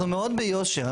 אנחנו מאוד ביושר.